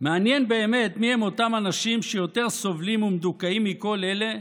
"מעניין באמת מי הם אותם אנשים שיותר סובלים ומדוכאים מכל אלה,